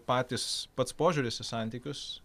patys pats požiūris į santykius